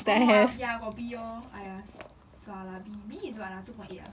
orh ya I got B orh !aiya! sua lah B B is what ah two point eight ah